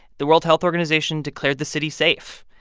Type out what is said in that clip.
the world health organization declared the city safe.